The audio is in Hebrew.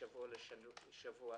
משבוע לשבוע.